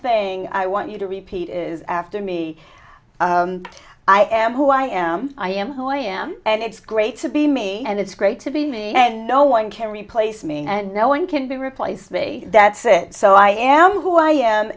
thing i want you to repeat is after me i am who i am i am who i am and it's great to be me and it's great to be me and no one can replace me and no one can that said so i am who i am